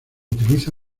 utiliza